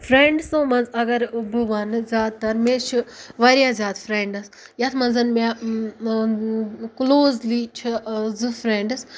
فرٮ۪نٛڈسو منٛز اگر بہٕ وَنہٕ زیادٕتَر مےٚ چھِ واریاہ زیادٕ فرٮ۪نٛڈٕس یَتھ منٛز مےٚ کُلوزلی چھِ زٕ فرٮ۪نٛڈٕس